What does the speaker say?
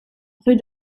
rue